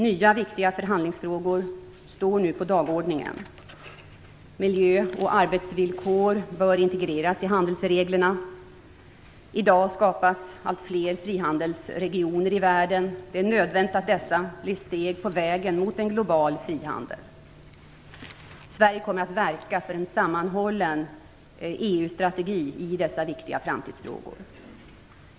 Nya viktiga förhandlingsfrågor står nu på dagordningen. Miljö och arbetsvillkor bör integreras i handelsreglerna. I dag skapas allt fler frihandelsregioner i världen. Det är nödvändigt att dessa blir steg på vägen mot en global frihandel. Sverige kommer att verka för en sammanhållen EU-strategi i dessa viktiga framtidsfrågor.